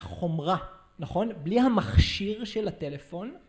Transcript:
חומרה, נכון? בלי המכשיר של הטלפון.